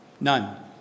None